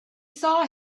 saw